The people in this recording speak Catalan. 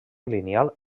lineal